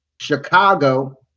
Chicago